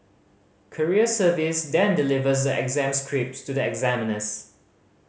courier service then delivers the exam scripts to the examiners